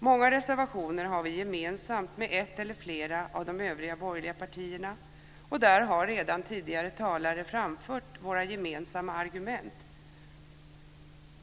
Många reservationer har vi gemensamt med ett eller flera av de övriga borgerliga partierna, och där har redan tidigare talare framfört våra gemensamma argument.